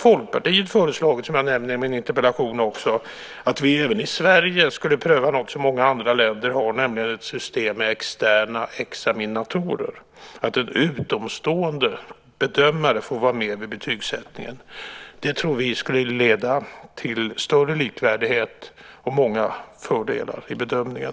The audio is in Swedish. Folkpartiet har, som jag nämnde i min interpellation, föreslagit att vi även i Sverige skulle pröva något som många andra länder har, nämligen ett system med externa examinatorer, att en utomstående bedömare får vara med vid betygssättningen. Det tror vi skulle leda till större likvärdighet och många fördelar i bedömningen.